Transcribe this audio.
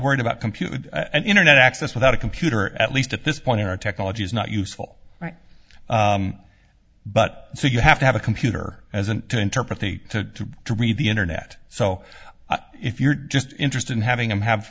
worried about computer and internet access without a computer at least at this point in our technology is not useful right but so you have to have a computer as an to interpret the to read the internet so if you're just interested in having them have